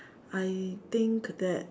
I think that